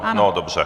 No dobře.